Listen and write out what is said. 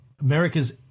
America's